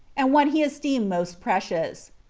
and what he esteemed most precious.